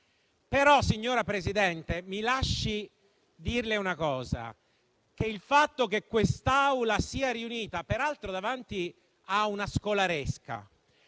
Signora Presidente, mi lasci dirle una cosa: il fatto che quest'Assemblea sia riunita, peraltro davanti a una scolaresca,